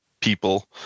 people